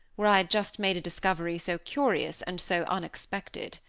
where i had just made a discovery so curious and so unexpected.